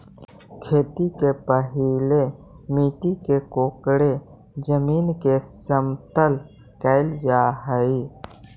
खेती के पहिले मिट्टी के कोड़के जमीन के समतल कैल जा हइ